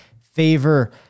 favor